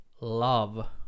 love